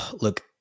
Look